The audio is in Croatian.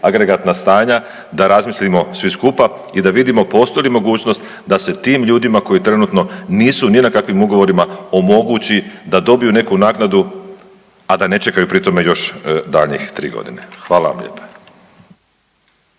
agregatna stanja, da razmislimo svi skupa i da vidimo postoji li mogućnost da se tim ljudima koji trenutno nisu ni na kakvim ugovorima, omogući da dobiju neku naknadu, a da ne čekaju pri tome još daljnjih 3 godine. Hvala vam lijepa.